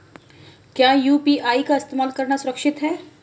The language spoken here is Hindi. क्या यू.पी.आई का इस्तेमाल करना सुरक्षित है?